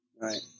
right